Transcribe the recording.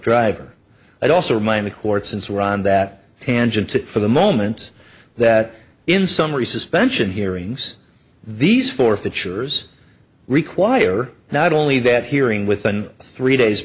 driver i also remind the court since we're on that tangent to for the moment that in summary suspension hearings these forfeitures require not only that hearing within three days